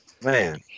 Man